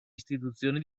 istituzioni